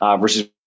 Versus